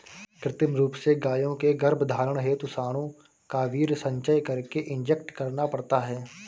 कृत्रिम रूप से गायों के गर्भधारण हेतु साँडों का वीर्य संचय करके इंजेक्ट करना पड़ता है